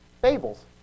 fables